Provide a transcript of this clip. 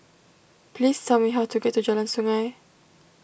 please tell me how to get to Jalan Sungei